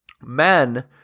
men